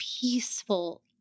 peaceful